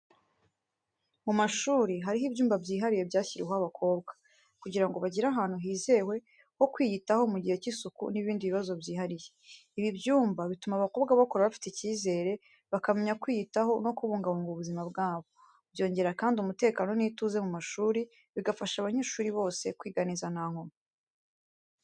Mu mashuri, hariho ibyumba byihariye byashyiriweho abakobwa, kugira ngo bagire ahantu hizewe ho kwiyitaho mu gihe cy’isuku n’ibindi bibazo byihariye. Ibi byumba bituma abakobwa bakura bafite icyizere, bakamenya kwiyitaho no kubungabunga ubuzima bwabo. Byongera kandi umutekano n’ituze mu mashuri, bigafasha abanyeshuri bose kwiga neza nta nkomyi.